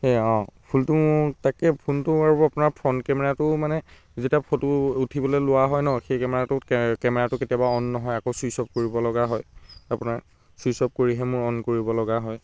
সেয়া অঁ ফোনটো তাকে ফোনটো আপোনাৰ ফ্ৰণ্ট কেমেৰাটোও মানে যেতিয়া ফটো উঠিবলৈ লোৱা হয় ন সেই কেমেৰাটো কে কেমেৰাটো কেতিয়াবা অন নহয় আকৌ ছুইচ অফ কৰিবলগীয়া হয় আপোনাৰ ছুইচ অফ কৰিহে মই অন কৰিব লগা হয়